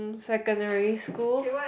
secondary school